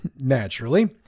Naturally